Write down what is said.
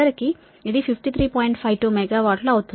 52 మెగావాట్లు అవుతుంది